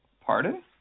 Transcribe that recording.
pardon